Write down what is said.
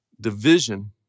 division